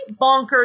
bonkers